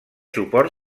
suport